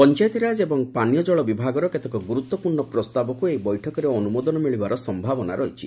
ପଞାୟତିରାଜ ଏବଂ ପାନୀୟ ଜଳ ବିଭାଗର କେତେକ ଗୁରୁତ୍ୱପୂର୍ଣ୍ ପ୍ରସ୍ତାବକୁ ଏହି ବେଠକରେ ଅନୁମୋଦନ ମିଳିବାର ସୟାବନା ରହିଛି